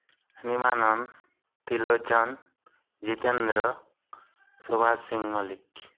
Hemananda Trilochan Jitendra Subash Singh Mallick